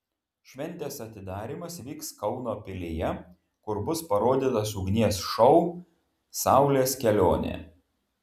šventės atidarymas vyks kauno pilyje kur bus parodytas ugnies šou saulės kelionė